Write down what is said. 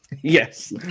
Yes